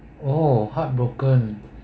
oh heartbroken